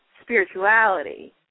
spirituality